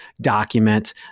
document